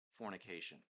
fornication